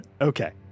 okay